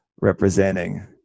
representing